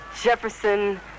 Jefferson